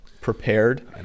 prepared